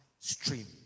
Stream